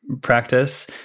practice